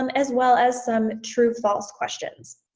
um as well as, some true false questions.